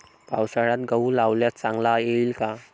पावसाळ्यात गहू लावल्यास चांगला येईल का?